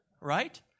Right